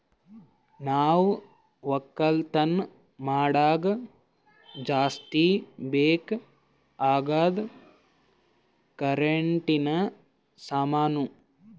ನಾವ್ ಒಕ್ಕಲತನ್ ಮಾಡಾಗ ಜಾಸ್ತಿ ಬೇಕ್ ಅಗಾದ್ ಕರೆಂಟಿನ ಸಾಮಾನು